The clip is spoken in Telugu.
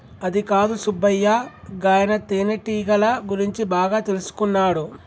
అదికాదు సుబ్బయ్య గాయన తేనెటీగల గురించి బాగా తెల్సుకున్నాడు